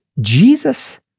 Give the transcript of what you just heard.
Jesus